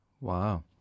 Wow